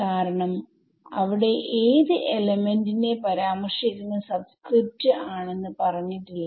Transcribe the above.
കാരണം അവിടെ ഏത് എലമെന്റ്നെ പരാമർശിക്കുന്ന സബ്സ്ക്രിപ്റ്റ് ആണെന്ന് പറഞ്ഞിട്ടില്ല